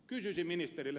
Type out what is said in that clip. kysyisin ministeriltä